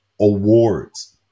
awards